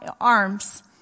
arms